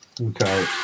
Okay